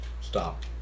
Stop